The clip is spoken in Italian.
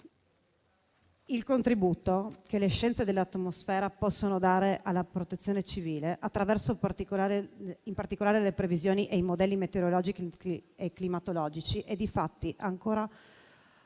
Il contributo che le scienze dell'atmosfera possono dare alla Protezione civile, in particolare attraverso le previsioni e i modelli meteorologici e climatologici, è difatti ancora